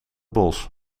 bos